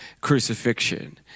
crucifixion